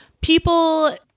people